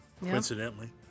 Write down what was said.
Coincidentally